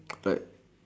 like